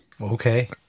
Okay